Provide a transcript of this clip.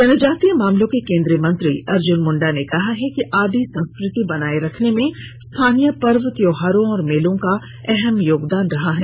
जनजातीय मामलों के केन्द्रीय मंत्री अर्जुन मुंडा ने कहा है कि आदि संस्कृति बनाये रखने में स्थानीय पर्व त्योहारों और मेलों का अहम योगदान रहा है